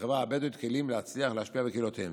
כלים להצליח ולהשפיע בקהילותיהם.